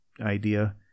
idea